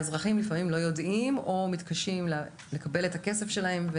האזרחים לפעמים לא יודעים או מתקשים לקבל את הכסף שלהם.